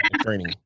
training